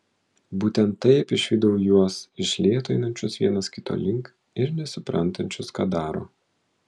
būtent taip išvydau juos iš lėto einančius vienas kito link ir nesuprantančius ką daro